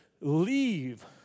leave